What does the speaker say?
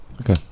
Okay